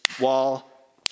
wall